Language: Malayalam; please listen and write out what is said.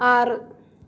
ആറ്